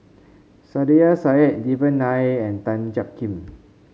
Saiedah Said Devan Nair and Tan Jiak Kim